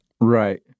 Right